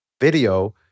video